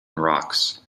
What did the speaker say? rocks